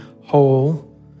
whole